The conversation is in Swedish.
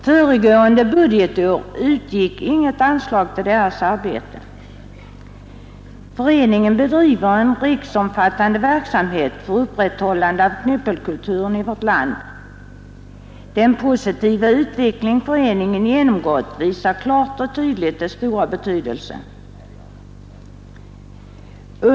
Föregående budgetår utgick inget anslag till dess arbete. Föreningen bedriver en riksomfattande verksamhet för upprätthållande av knyppelkulturen i vårt land. Den positiva utveckling föreningen genomgått visar klart och tydligt dess stora betydelse.